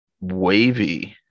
Wavy